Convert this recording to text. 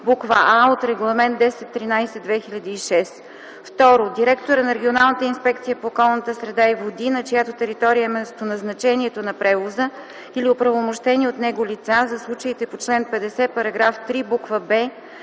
буква „а” от Регламент 1013/2006; 2. директора на регионалната инспекция по околната среда и води, на чиято територия е местоназначението на превоза, или оправомощени от него лица – за случаите по чл. 50, параграф 3, буква